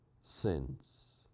sins